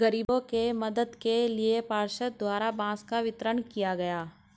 गरीबों के मदद के लिए पार्षद द्वारा बांस का वितरण किया गया